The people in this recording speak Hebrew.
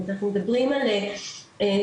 אנחנו מדברים על 30%,